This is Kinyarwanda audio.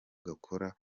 gakora